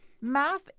Math